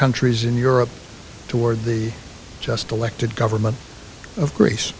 countries in europe toward the just elected government of gr